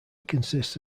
consists